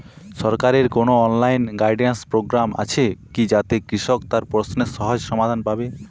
সরকারের কোনো online guidance programme আছে কি যাতে কৃষক তার প্রশ্নের সহজ সমাধান পাবে?